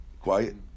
quiet